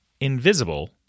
Invisible